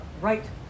right